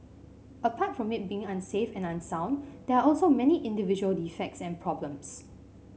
apart from it being unsafe and unsound there are also many individual defects and problems